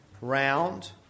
round